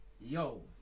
yo